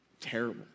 terrible